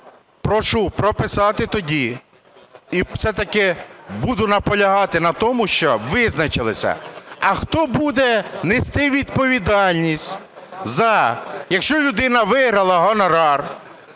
прошу прописати тоді і все-таки буду наполягати на тому, щоб визначилися, а хто буде нести відповідальність, якщо людина виграла гонорар,